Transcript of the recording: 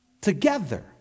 together